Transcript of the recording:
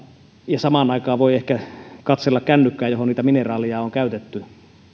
ja samaan aikaan voi ehkä katsella kännykkää johon niitä mineraaleja on käytetty